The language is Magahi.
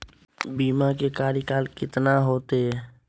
बीमा के कार्यकाल कितना होते?